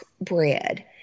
bread